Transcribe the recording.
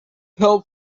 help